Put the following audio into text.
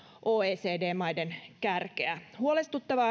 oecd maiden kärkeä huolestuttavaa